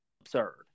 absurd